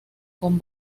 con